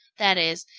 that is,